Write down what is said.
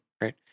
Right